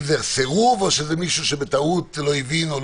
אם זה סירוב או שזה מישהו שבטעות לא הבין.